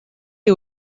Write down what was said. les